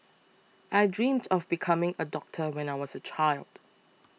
I dreamt of becoming a doctor when I was a child